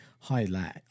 Highlight